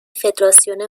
فدراسیون